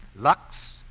Lux